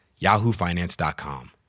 yahoofinance.com